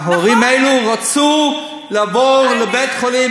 ההורים האלה רצו לבוא לבית-החולים.